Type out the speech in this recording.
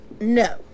no